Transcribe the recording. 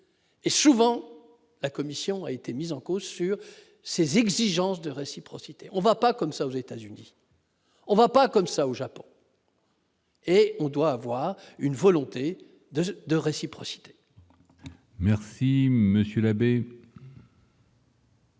et souvent, la commission a été mise en cause sur ses exigences de réciprocité, on va pas comme ça aux États-Unis, on va pas comme ça au Japon. Et on doit avoir une volonté de de réciprocité. Merci monsieur l'abbé.